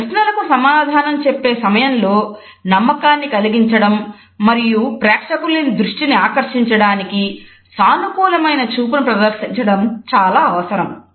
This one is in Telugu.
ఈ ప్రశ్నలకు సమాధానం చెప్పే సమయంలో నమ్మకాన్ని కలిగించడానికి మరియు ప్రేక్షకుల దృష్టిని ఆకర్షించడానికి సానుకూలమైన చూపును ప్రదర్శించడం చాలా అవసరం